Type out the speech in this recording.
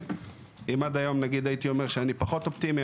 אם עד היום הייתי אומר שאני פחות אופטימי,